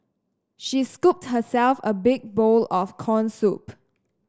she scooped herself a big bowl of corn soup